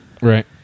Right